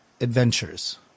adventures